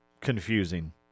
confusing